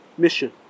mission